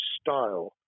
style